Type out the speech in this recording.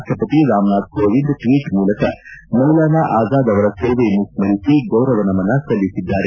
ರಾಷ್ಟಪತಿ ರಾಮನಾಥ್ ಕೋವಿಂದ್ ಟ್ವೀಟ್ ಮೂಲಕ ಮೌಲನಾ ಆಜಾದ್ ಅವರ ಸೇವೆಯನ್ನು ಸ್ಕರಿಸಿ ಗೌರವ ನಮನ ಸಲ್ಲಿಸಿದ್ದಾರೆ